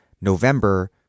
November